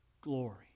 glory